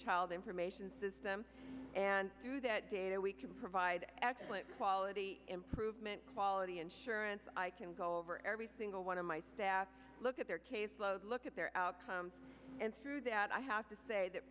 child information system and through that data we can provide excellent quality improvement quality insurance i can go over every single one of my staff look at their caseload look at their outcomes and through that i have to say that